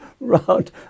round